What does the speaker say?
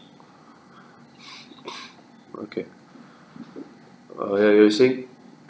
okay uh ya you were saying